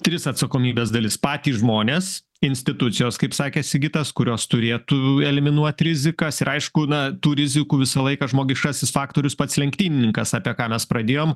tris atsakomybės dalis patys žmonės institucijos kaip sakė sigitas kurios turėtų eliminuot rizikas ir aišku na tų rizikų visą laiką žmogiškasis faktorius pats lenktynininkas apie ką mes pradėjom